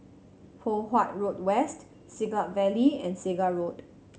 Poh Huat Road West Siglap Valley and Segar Road